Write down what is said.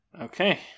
Okay